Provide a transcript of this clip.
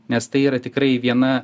nes tai yra tikrai viena